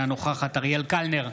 אינה נוכחת אריאל קלנר,